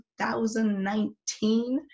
2019